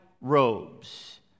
robes